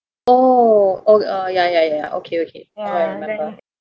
oh oh uh ya ya ya ya okay okay now I remember